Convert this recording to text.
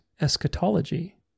eschatology